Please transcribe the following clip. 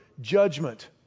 judgment